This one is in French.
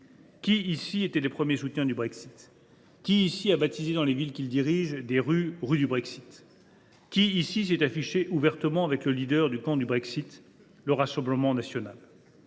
Qui, ici, était le premier soutien du Brexit ? Qui, ici, a baptisé des rues, dans les villes qu’il dirige, “rue du Brexit” ? Qui, ici, s’est affiché ouvertement avec le leader du camp du Brexit ? Le Rassemblement national !